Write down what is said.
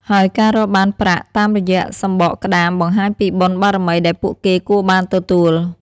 ហើយការរកបានប្រាក់តាមរយៈសំបកក្តាមបង្ហាញពីបុណ្យបារមីដែលពួកគេគួរបានទទួល។